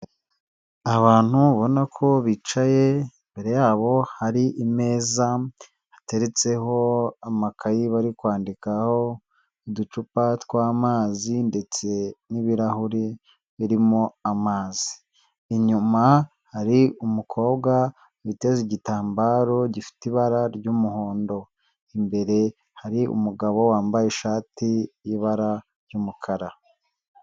Abantu ubona ko bicaye imbere yabo hari imeza hateretseho amakayi bari kwandikaho, uducupa tw'amazi ndetse n'ibirahure birimo amazi, inyuma hari umukobwa witeze igitambaro gifite ibara ry'umuhondo, imbere hari umugabo wambaye ishati y'ibara ry'umukara.